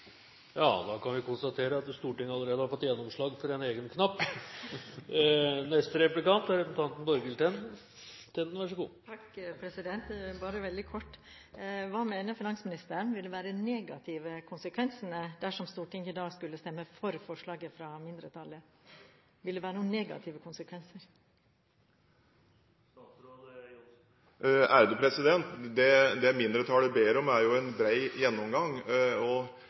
Ja, da kan vi konstatere at Stortinget allerede har fått gjennomslag for en egen knapp! Bare veldig kort: Hva mener finansministeren ville være de negative konsekvensene dersom Stortinget i dag skulle stemme for forslaget fra mindretallet? Vil det være noen negative konsekvenser? Det mindretallet ber om, er jo en bred gjennomgang,